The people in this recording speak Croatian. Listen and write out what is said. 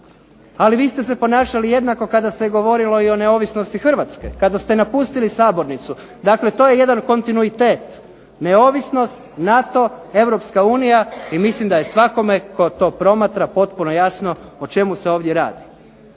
Ali vi ste se ponašali jednako kada se govorilo i o neovisnosti Hrvatske, kada ste napustili sabornicu, dakle to je jedan kontinuitet, neovisnost, NATO, Europska unija, i mislim da je svakome tko to promatra potpuno jasno o čemu se ovdje radi.